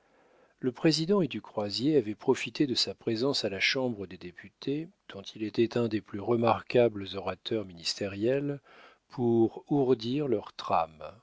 le président et du croisier avaient profité de sa présence à la chambre des députés dont il était un des plus remarquables orateurs ministériels pour ourdir leurs trames